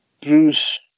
Bruce